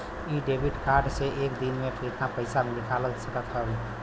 इ debit card से एक दिन मे कितना पैसा निकाल सकत हई?